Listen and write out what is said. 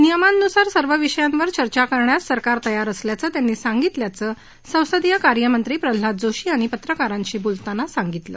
नियमांनुसार सर्व विषयांवर चर्चा करण्यास सरकार तयार असल्याचं त्यांनी सांगितल्याचं संसदीय कार्यमंत्री प्रल्हाद जोशी यांनी पत्रकारांशी बोलतांना सांगितलं